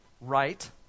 right